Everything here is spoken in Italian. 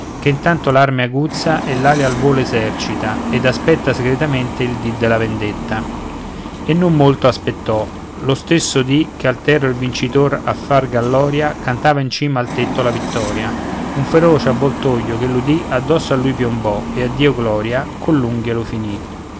che intanto l'arme aguzza e l'ali al volo esercita ed aspetta segretamente il dì della vendetta e non molto aspettò lo stesso dì che altero il vincitor a far galloria cantava in cima al tetto la vittoria un feroce avvoltoio che l'udì addosso a lui piombò e addio gloria con l'unghie lo finì